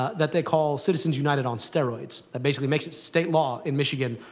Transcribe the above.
that they call citizens united on steroids. it basically makes it state law, in michigan,